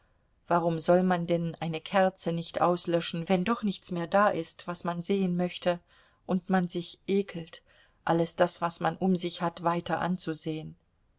warum soll man denn eine kerze nicht auslöschen wenn doch nichts mehr da ist was man sehen möchte und man sich ekelt alles das was man um sich hat weiter anzusehen